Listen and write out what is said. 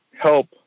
help